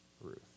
Ruth